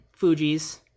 fujis